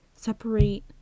separate